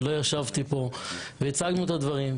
ושלא ישבתי פה והצגתי את הדברים.